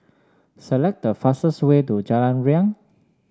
select the fastest way to Jalan Riang